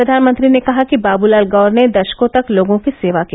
प्रधानमंत्री ने कहा कि बाबूलाल गौर ने दशकों तक लोगों की सेवा की